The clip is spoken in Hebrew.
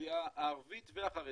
האוכלוסייה הערבית והחרדית,